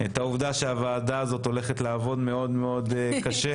את העובדה שהוועדה הזו הולכת לעבוד מאוד מאוד קשה.